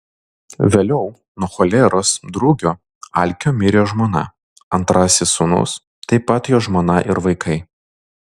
vėliau nuo choleros drugio alkio mirė žmona antrasis sūnus taip pat jo žmona ir vaikai